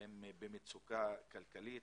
במצוקה כלכלית.